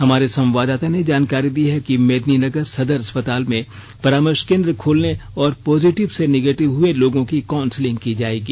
हमारे संवाददाता ने जानकारी दी है कि मेदिनीनगर सदर अस्पताल में परामर्श केंद्र खोलने और पॉजिटिव से नेगेटिव हुए लोगों की काउन्सलिंग की जाएगी